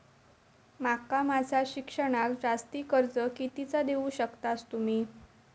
माका माझा शिक्षणाक जास्ती कर्ज कितीचा देऊ शकतास तुम्ही?